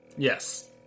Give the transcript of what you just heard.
Yes